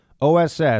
oss